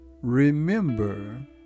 Remember